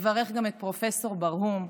נברך גם את פרופ' ברהום,